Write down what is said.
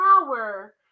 power